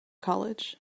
college